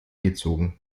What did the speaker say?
gezogen